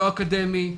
לא אקדמי,